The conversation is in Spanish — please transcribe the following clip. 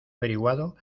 averiguado